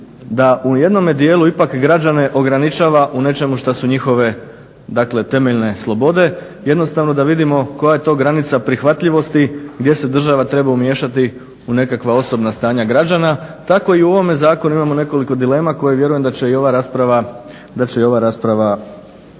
da u jednome dijelu ipak građane ograničava u nečemu što su njihove dakle temeljne slobode, jednostavno da vidimo koja je to granica prihvatljivosti gdje se država treba umiješati u nekakva osobna stanja građana. Tako i u ovome zakonu imamo nekoliko dilema koja vjerujem da će i ova rasprava definirati